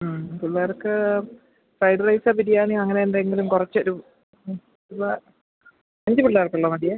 ആണ് പിള്ളേര്ക്ക് ഫ്രൈഡ്റൈസ് ബിരിയാണിയോ അങ്ങനെ എന്തെങ്കിലും കുറച്ച് ഒരു മ് വ അഞ്ച് പിള്ളേര്ക്കുള്ളത് മതി